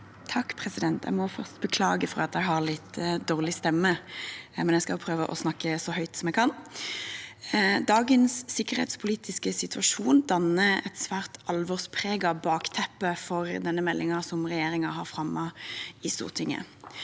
(V) Jeg må først beklage at jeg har litt dårlig stemme, men jeg skal prøve å snakke så høyt jeg kan. Dagens sikkerhetspolitiske situasjon danner et svært alvorspreget bakteppe for denne meldingen som regjeringen har fremmet for Stortinget.